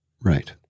Right